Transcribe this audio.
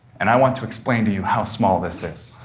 and i want to explain to you how small this is.